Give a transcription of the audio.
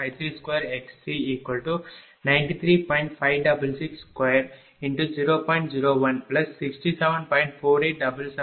இதேபோல் QLossI12x1I22x2I32x393